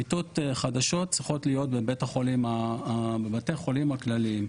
מיטות חדשות צריכות להיות בבתי החולים הכלליים.